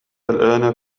الآن